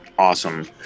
awesome